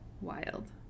Wild